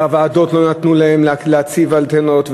והוועדות לא נתנו להן להציב אנטנות,